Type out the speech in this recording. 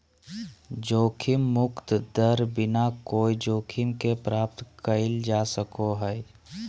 जोखिम मुक्त दर बिना कोय जोखिम के प्राप्त कइल जा सको हइ